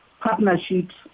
partnerships